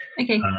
okay